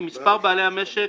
אם מספר בעלי משק